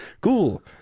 cool